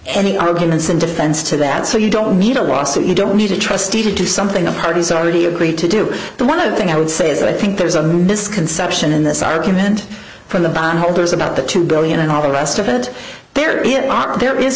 any arguments in defense to that so you don't need a lawsuit you don't need a trustee to do something the parties are already agreed to do but one of the thing i would say is i think there's a misconception in this argument from the bondholders about the two billion and all the rest of it there is not there is